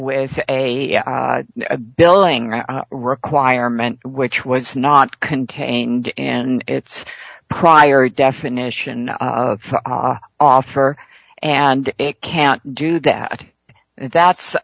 with a billing requirement which was not contained and its prior definition offer and it can't do that that's